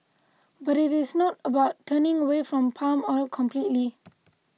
but it is not about turning away from palm oil completely